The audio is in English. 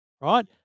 Right